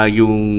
yung